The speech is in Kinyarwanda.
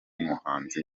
umuhanzi